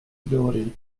ability